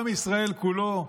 עם ישראל כולו,